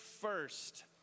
first